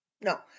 No